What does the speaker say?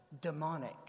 demonic